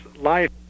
life